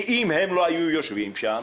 אם הם לא היו יושבים שם,